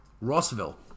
Rossville